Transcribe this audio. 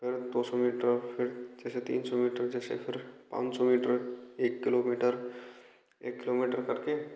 दो सौ मीटर फिर जैसे तीन सौ मीटर जैसे फिर पाँच सौ मीटर एक किलोमीटर एक किलोमीटर करके